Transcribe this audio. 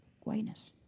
whiteness